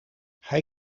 hij